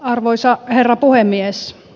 arvoisa herra puhemies